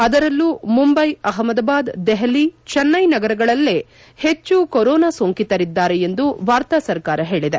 ಅದರಲ್ಲೂ ಮುಂಬೈ ಅಹಮದಾಬಾದ್ ದೆಹಲಿ ಚೆನ್ನೈ ನಗರಗಳಲ್ಲೇ ಹೆಚ್ಚು ಕೊರೋನಾ ಸೋಂಕಿತರಿದ್ದಾರೆ ಎಂದು ಕೇಂದ್ರ ಸರಕಾರ ಹೇಳಿದೆ